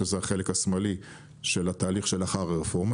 שזה החלק השמאלי של התהליך שלאחר הרפורמה,